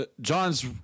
John's